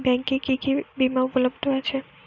ব্যাংকে কি কি বিমা উপলব্ধ আছে?